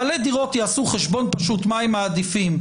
בעלי הדירות יעשו חשבון פשוט מה הם מעדיפים: